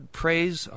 praise